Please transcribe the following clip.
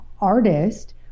artist